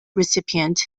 recipient